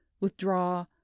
withdraw